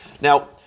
Now